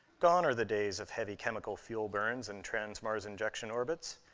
gone are the days of heavy chemical fuel burns and trans-mars injection orbits.